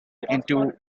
into